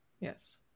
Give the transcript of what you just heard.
Yes